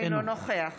אינו נוכח